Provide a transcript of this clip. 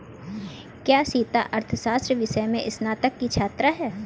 क्या सीता अर्थशास्त्र विषय में स्नातक की छात्रा है?